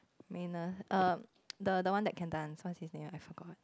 manner err the the one that can dance what is his name I forgot